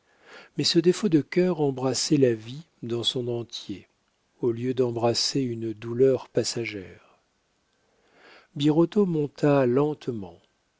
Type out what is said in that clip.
mais ce défaut de cœur embrassait la vie dans son entier au lieu d'embrasser une douleur passagère birotteau monta lentement